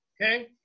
Okay